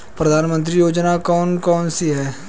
प्रधानमंत्री की योजनाएं कौन कौन सी हैं?